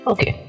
Okay